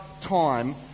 time